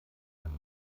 eine